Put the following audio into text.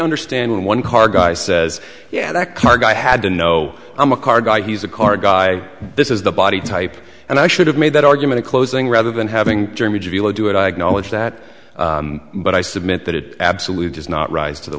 understand when one car guy says yeah that car guy had to know i'm a car guy he's a car guy this is the body type and i should have made that argument in closing rather than having german below do it i acknowledge that but i submit that it absolutely does not rise to the